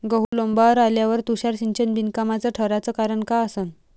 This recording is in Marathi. गहू लोम्बावर आल्यावर तुषार सिंचन बिनकामाचं ठराचं कारन का असन?